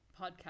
podcast